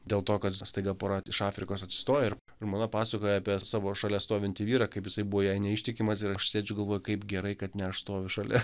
dėl to kad staiga pora iš afrikos atsistoja ir žmona pasakoja apie savo šalia stovintį vyrą kaip jisai buvo jai neištikimas ir aš sėdžiu galvoju kaip gerai kad ne aš stoviu šalia